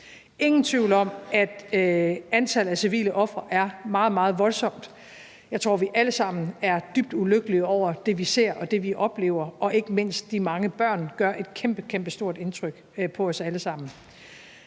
ingen tvivl om, at antallet af civile ofre er voldsomt højt. Jeg tror, vi alle sammen er dybt ulykkelige over det, vi ser, og det, vi oplever, og ikke mindst de mange børn gør et kæmpekæmpestort indtryk på os alle sammen.